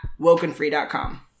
Wokenfree.com